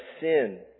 sin